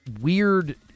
weird